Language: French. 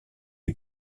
les